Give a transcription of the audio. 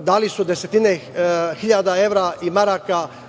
Dali su desetine hiljada evra i maraka